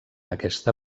aquesta